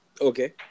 Okay